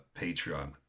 Patreon